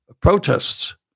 protests